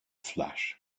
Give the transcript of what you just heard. flash